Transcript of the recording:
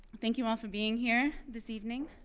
thank you all for being here this evening.